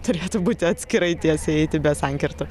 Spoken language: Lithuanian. turėtų būti atskirai tiesiai eiti be sankirtų